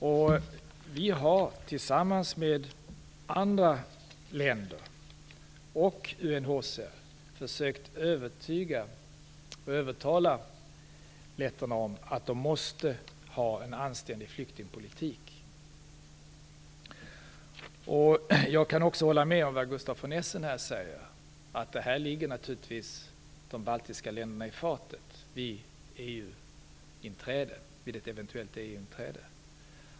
Sverige har tillsammans med andra länder och UNHCR försökt övertyga och övertala letterna om att de måste ha en anständig flyktingpolitik. Jag kan också hålla med om det som Gustaf von Essen säger. Detta ligger naturligtvis de baltiska länderna i fatet vid ett eventuellt EU-inträde.